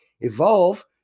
Evolve